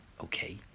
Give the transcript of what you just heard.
okay